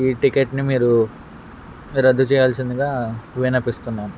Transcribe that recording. ఈ టికెట్ని మీరు రద్దు చేయాల్సిందిగా విన్నవిస్తున్నందుకు